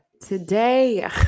today